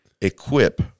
equip